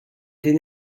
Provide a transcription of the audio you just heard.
din